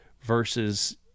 versus